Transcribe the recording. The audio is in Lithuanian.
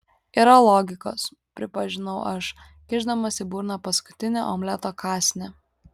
yra logikos pripažinau aš kimšdamas į burną paskutinį omleto kąsnį